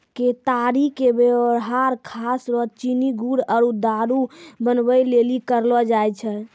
केतारी के वेवहार खास रो चीनी गुड़ आरु दारु बनबै लेली करलो जाय छै